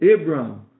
Abraham